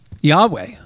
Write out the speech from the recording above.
Yahweh